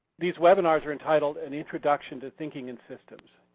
these webinars are entitled an introduction to thinking in systems.